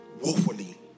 woefully